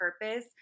purpose